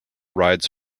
rides